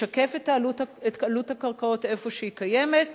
ישקף את עלות הקרקעות איפה שהיא קיימת,